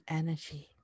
energy